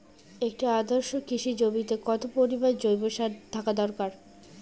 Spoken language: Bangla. একটি আদর্শ কৃষি জমিতে কত পরিমাণ জৈব সার থাকা দরকার?